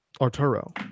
Arturo